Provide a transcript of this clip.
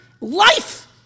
life